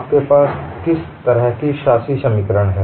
आपके पास किस तरह की शासी समीकरण हैं